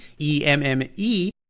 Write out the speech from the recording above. E-M-M-E